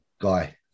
Guy